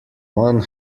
one